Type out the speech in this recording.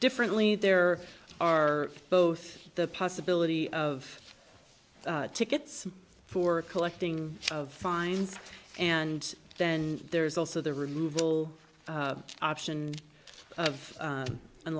differently there are both the possibility of tickets for collecting of fines and then there's also the removal option of u